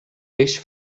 peix